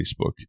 Facebook